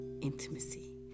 intimacy